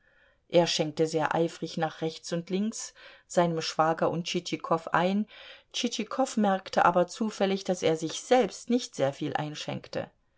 er schenkte sehr eifrig nach rechts und links seinem schwager und tschitschikow ein tschitschikow merkte aber zufällig daß er sich selbst nicht sehr viel einschenkte